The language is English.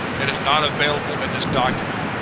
and is not available in this document.